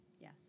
Yes